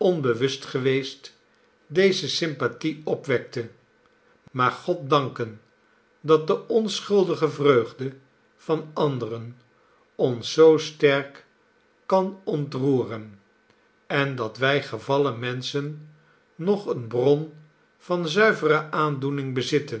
geweest deze sympathie opwekte maar god danken dat de onschuldige vreugde van anderen ons zoo sterk kan ontroeren en dat wij gevallen menschen nog eene bron van zuivere aandoening bezitten